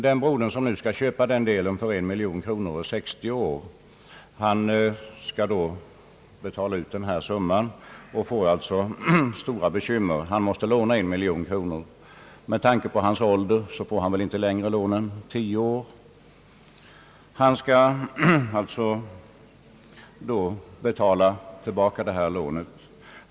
Den broder som skall köpa för 1 miljon kronor är över 60 år och får alltså stora bekymmer, Han måste låna 1 miljon, och med tanke på hans ålder måste han troligen betala lånet på tio år.